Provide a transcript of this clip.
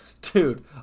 Dude